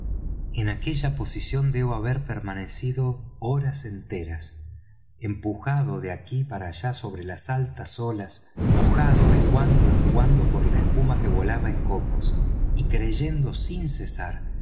en aquella posición debo haber permanecido horas enteras empujado de aquí para allá sobre las altas olas mojado de cuando en cuando por la espuma que volaba en copos y creyendo sin cesar